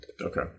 Okay